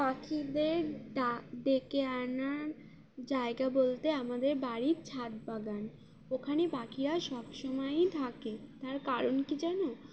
পাখিদের ড ডেকে আনার জায়গা বলতে আমাদের বাড়ির ছাদ বাগান ওখানে পাখিরা সব সমময়ই থাকে তার কারণ কী জানো